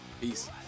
Peace